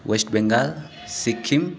West Bengal Sikkim